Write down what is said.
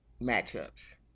matchups